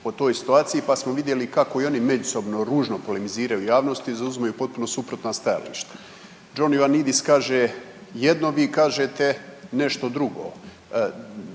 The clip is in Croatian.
pa smo vidjeli kao i oni međusobno ružno polemiziraju u javnosti, zauzimaju potpuno suprotna stajališta. John Ioannidis kaže jedno, vi kažete nešto drugo.